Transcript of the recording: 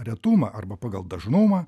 retumą arba pagal dažnumą